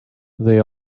they